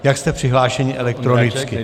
Jak jste přihlášeni elektronicky.